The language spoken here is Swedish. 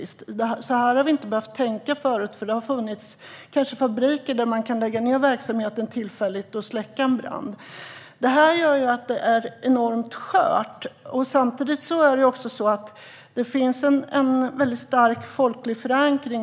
Så här har man inte behövt tänka förut, för det har funnits till exempel fabriker där man har kunnat lägga ned verksamheten tillfälligt för att släcka en brand. Detta gör det enorm skört. Det finns också en starkt folklig förankring.